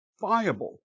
viable